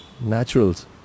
Naturals